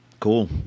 Cool